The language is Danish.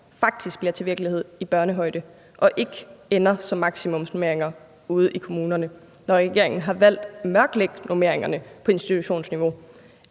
faktisk bliver til virkelighed i børnehøjde og ikke ender som maksimumsnormeringer ude i kommunerne, når regeringen har valgt at mørklægge normeringerne på institutionsniveau?